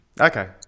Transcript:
Okay